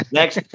next